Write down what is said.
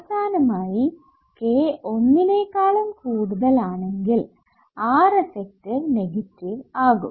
അവസാനമായി k ഒന്നിനേക്കാളും കൂടുതൽ ആണെങ്കിൽ Reffective നെഗറ്റീവ് ആകും